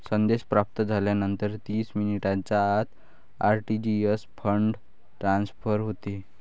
संदेश प्राप्त झाल्यानंतर तीस मिनिटांच्या आत आर.टी.जी.एस फंड ट्रान्सफर होते